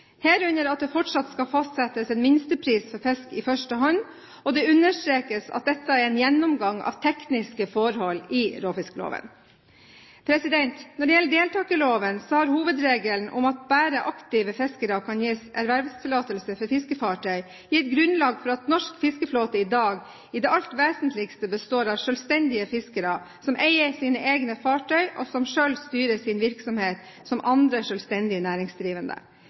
herunder at det fortsatt skal fastsettes en minstepris for fisk i første hånd, og det understrekes at dette er en gjennomgang av tekniske forhold i råfiskloven. Når det gjelder deltakerloven, har hovedregelen om at bare aktive fiskere kan gis ervervstillatelse for fiskefartøy, gitt grunnlag for at norsk fiskeflåte i dag i det alt vesentlige består av selvstendige fiskere som eier sine egne fartøy, og som selv styrer sin virksomhet, som andre selvstendige næringsdrivende.